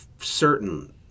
certain